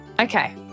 Okay